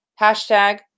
hashtag